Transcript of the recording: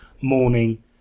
morning